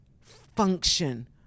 function